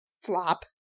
flop